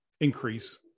increase